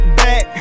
back